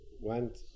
went